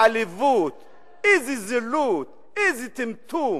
איזו עליבות, איזו זילות, איזה טמטום.